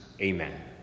Amen